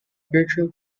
virtual